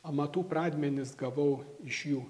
amatų pradmenis gavau iš jų